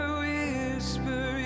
whisper